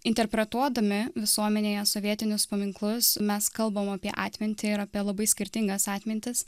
interpretuodami visuomenėje sovietinius paminklus mes kalbam apie atmintį ir apie labai skirtingas atmintis